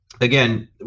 again